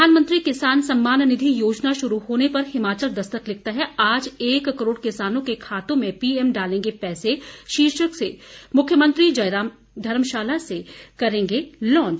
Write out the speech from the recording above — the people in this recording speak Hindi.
प्रधानमंत्री किसान सम्मान निधि योजना शुरू होने पर हिमाचल दस्तक लिखता है आज एक करोड़ किसानों के खाते में पीएम डालेंगे पैसे शीर्षक से मुख्यमंत्री जयराम धर्मशाला से करेंगे लांच